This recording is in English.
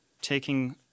taking